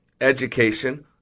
education